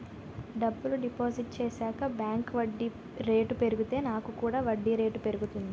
డబ్బులు డిపాజిట్ చేశాక బ్యాంక్ వడ్డీ రేటు పెరిగితే నాకు కూడా వడ్డీ రేటు పెరుగుతుందా?